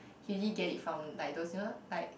he usually get it from those you know like